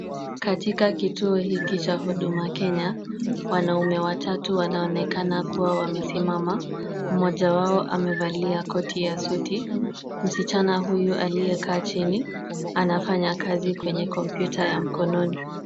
Katika kituo hiki cha huduma Kenya, wanaume watatu wanaonekana kuwa wamesimama. Mmoja wao amevalia koti ya suti. Msichana huyu aliyekaa chini, anafanya kazi kwenye kompyuta ya mkononi.